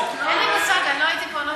אין לה עמדה אם מותר להסית,